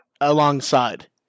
alongside